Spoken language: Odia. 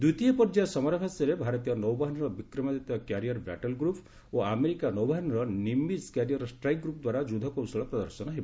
ଦ୍ୱିତୀୟ ପର୍ଯ୍ୟାୟ ସମରାଭ୍ୟାସରେ ଭାରତୀୟ ନୌବାହିନୀର ବିକ୍ରମାଦିତ୍ୟ କ୍ୟାରିୟର୍ ବ୍ୟାଟଲ୍ ଗ୍ରପ୍ ଓ ଆମେରିକା ନୌବାହିନୀର ନିମିକ୍ କ୍ୟାରିୟର୍ ଷ୍ଟ୍ରାଇକ୍ ଗ୍ରୁପ୍ ଦ୍ୱାରା ଯୁଦ୍ଧକୌଶଳ ପ୍ରଦର୍ଶନ ହେବ